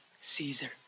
Caesar